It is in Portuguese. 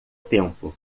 tempo